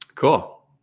cool